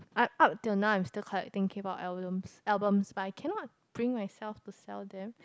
up up till now I'm still collecting k-pop albums albums but I cannot bring myself to sell them